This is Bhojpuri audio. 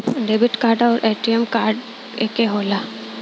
डेबिट कार्ड आउर ए.टी.एम कार्ड एके होखेला?